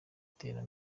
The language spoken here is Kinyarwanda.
itera